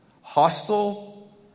Hostile